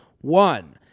One